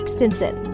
Stinson